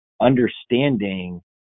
understanding